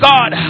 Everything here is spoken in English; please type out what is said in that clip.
God